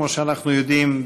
כמו שאנחנו יודעים,